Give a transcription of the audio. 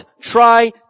try